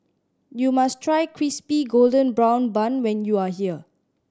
you must try Crispy Golden Brown Bun when you are here